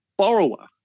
borrower